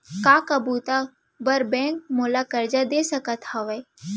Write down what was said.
का का बुता बर बैंक मोला करजा दे सकत हवे?